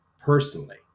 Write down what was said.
personally